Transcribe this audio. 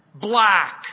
black